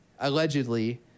Allegedly